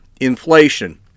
inflation